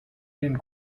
den